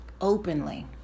openly